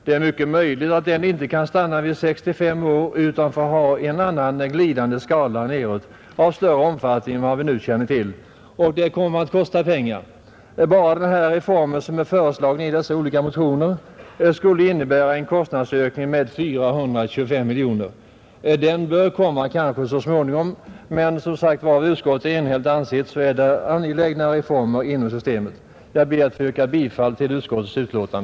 Det är mycket möjligt att den inte kan stanna vid gränsen 65 år utan att man får ha en annan, nedåtglidande skala i större omfattning än nu, Och det kommer att kosta pengar. Bara den reform som föreslås i de olika föreliggande motionerna skulle innebära en kostnadsökning med 425 miljoner kronor. Reformen bör väl komma så småningom, men — som sagt — såsom utskottet enhälligt har ansett finns det angelägnare reformer inom systemet. Herr talman! Jag ber att få yrka bifall till utskottets hemställan.